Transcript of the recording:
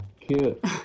cute